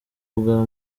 bwa